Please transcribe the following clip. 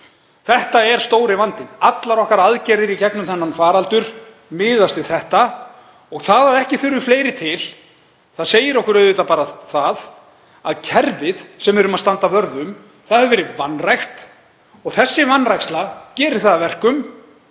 Þetta er stóri vandinn. Allar aðgerðir okkar í gegnum þennan faraldur miðast við þetta og það að ekki þurfi fleiri til segir okkur auðvitað að kerfið sem við erum að standa vörð um hefur verið vanrækt. Þessi vanræksla gerir það að verkum